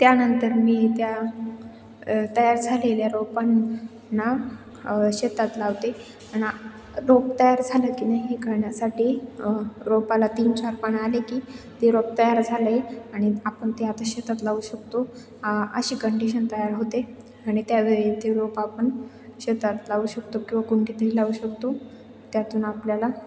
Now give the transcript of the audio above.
त्यानंतर मी त्या तयार झालेल्या रोपांना शेतात लावते आणि रोप तयार झालं की नाही हे कळण्यासाठी रोपाला तीन चार पानं आले की ते रोप तयार झाले आणि आपण ते आता शेतात लावू शकतो अशी कंडिशन तयार होते आणि त्यावेळी ते रोप आपण शेतात लावू शकतो किंवा कुंडीतही लावू शकतो त्यातून आपल्याला